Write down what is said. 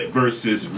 versus